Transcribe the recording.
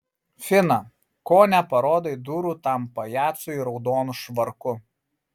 fina ko neparodai durų tam pajacui raudonu švarku